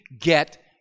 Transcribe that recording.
get